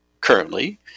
currently